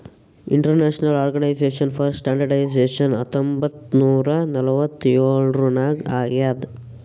international organization for standardization ಹತ್ತೊಂಬತ್ ನೂರಾ ನಲ್ವತ್ತ್ ಎಳುರ್ನಾಗ್ ಆಗ್ಯಾದ್